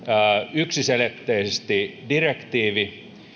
yksiselitteisesti direktiivi